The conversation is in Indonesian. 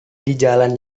dijalan